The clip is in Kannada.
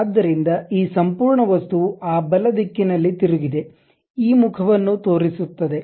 ಆದ್ದರಿಂದ ಈ ಸಂಪೂರ್ಣ ವಸ್ತುವು ಆ ಬಲ ದಿಕ್ಕಿನಲ್ಲಿ ತಿರುಗಿದೆ ಈ ಮುಖವನ್ನು ತೋರಿಸುತ್ತದೆ